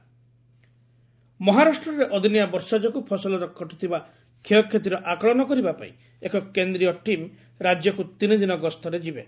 ମହା central team ମହାରାଷ୍ଟ୍ରରେ ଅଦିନିଆ ବର୍ଷା ଯୋଗୁଁ ଫସଲର ଘଟିଥିବା କ୍ଷୟକ୍ଷତିର ଆକଳନ କରିବା ପାଇଁ ଏକ କେନ୍ଦ୍ରୀୟ ଟିମ୍ ରାଜ୍ୟକୁ ତିନିଦିନ ଗସ୍ତରେ ଯିବେ